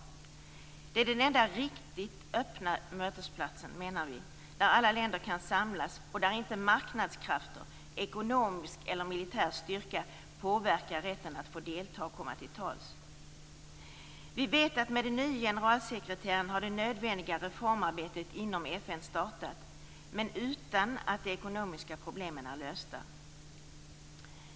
Vi menar att det är den enda riktigt öppna mötesplats där alla länder kan samlas och där inte marknadskrafter, ekonomisk eller militär styrka påverkar rätten att få delta och komma till tals. Vi vet att med den nya generalsekreteraren har det nödvändiga reformarbetet inom FN startat, men utan att de ekonomiska problemen är lösta.